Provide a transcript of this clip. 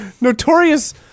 Notorious